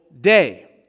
day